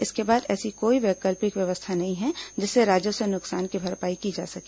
इसके बाद ऐसी कोई वैकल्पिक व्यवस्था नहीं है जिससे राजस्व नुकसान की भरपाई की जा सके